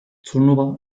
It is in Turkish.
turnuva